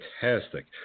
fantastic